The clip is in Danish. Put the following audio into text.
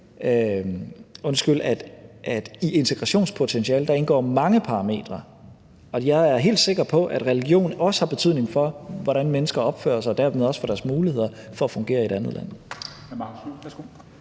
ikkekristne. I integrationspotentialet indgår mange parametre, og jeg er helt sikker på, at religion også har betydning for, hvordan mennesker opfører sig, og dermed også har betydning for deres muligheder for at fungere i et andet land.